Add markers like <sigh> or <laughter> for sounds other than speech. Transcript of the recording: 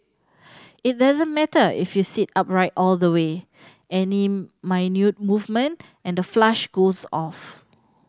it doesn't matter if you sit upright all the way any <unintelligible> movement and the flush goes off